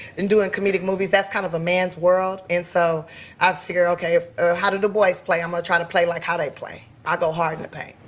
and doin' comedic movies, that's kind of a man's world. and so i figure, ok, if how the boys play? i'mma try to play like how they play. i go hard in the paint.